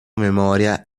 memoria